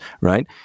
Right